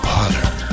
Potter